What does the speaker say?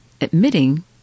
admitting